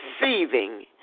receiving